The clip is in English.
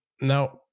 Now